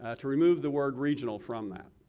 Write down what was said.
ah to remove the word regional from that.